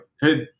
hey